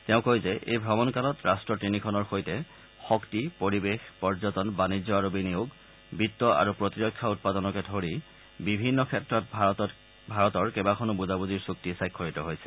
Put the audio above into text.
তেওঁ কয় যে এই ভ্ৰমণ কালত ৰাট্ট তিনিখনৰ সৈতে শক্তি পৰিৱেশ পৰ্যটন বাণিজ্য আৰু বিনিয়োগ বিত্ত আৰু প্ৰতিৰক্ষা উৎপাদনকে ধৰি বিভিন্ন ক্ষেত্ৰত ভাৰতত কেইবাখনো বুজাবুজিৰ চুক্তি স্বাক্ষৰিত হৈছে